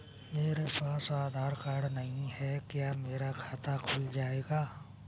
मेरे पास आधार कार्ड नहीं है क्या मेरा खाता खुल जाएगा?